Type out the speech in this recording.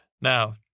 Now